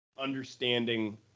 understanding